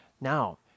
now